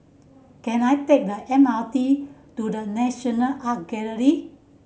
can I take the M R T to The National Art Gallery